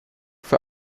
vor